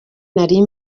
nari